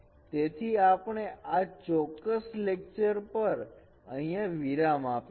તેથી આપણે આ ચોક્કસ લેક્ચર પર અહીંયા વિરામ આપીશું